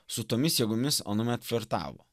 su tomis jėgomis anuomet flirtavo